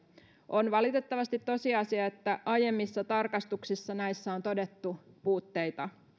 on valitettavasti tosiasia että aiemmissa tarkastuksissa näissä on todettu puutteita